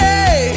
Hey